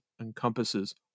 encompasses